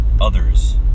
others